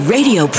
Radio